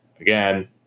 again